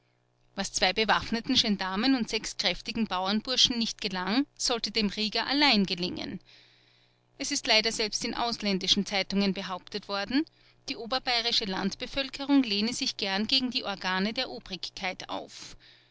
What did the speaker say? was zwei bewaffneten gendarmen und sechs kräftigen bauernburschen nicht gelang sollte dem rieger allein gelingen es ist leider selbst in ausländischen zeitungen behauptet worden die oberbayerische landbevölkerung lehne sich gern gegen die organe der obrigkeit auf